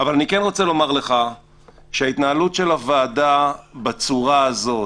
אני כן רוצה לומר לך שההתנהלות של הוועדה בצורה הזאת,